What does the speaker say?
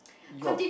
you are